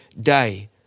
day